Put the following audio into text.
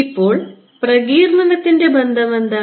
ഇപ്പോൾ പ്രകീർണനത്തിൻറെ ബന്ധം എന്താണ്